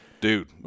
dude